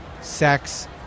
sex